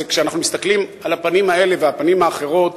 כשאנחנו מסתכלים על הפנים האלה והפנים האחרות,